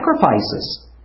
sacrifices